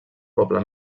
poble